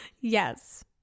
Yes